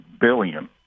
billion